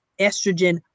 estrogen